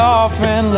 often